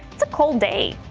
it's a cold day.